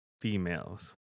females